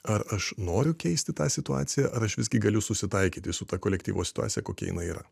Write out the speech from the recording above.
ar aš noriu keisti tą situaciją ar aš visgi galiu susitaikyti su ta kolektyvo situacija kokia jinai yra